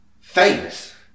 famous